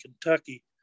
Kentucky